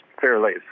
fairly